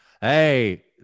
Hey